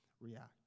react